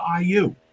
IU